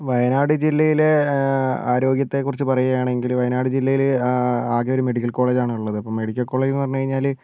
വയനാട് ജില്ലയിലെ ആരോഗ്യത്തെ കുറിച്ച് പറയുകയാണെങ്കിൽ വയനാട് ജില്ലയിൽ ആകെയൊരു മെഡിക്കൽ കോളേജ് ആണുള്ളത് അപ്പോൾ മെഡിക്കൽ കോളേജ് എന്ന് പറഞ്ഞു കഴിഞ്ഞാൽ